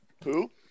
Poop